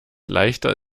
leichter